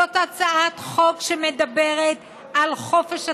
זו הצעת חוק שמדברת על חופש התנועה.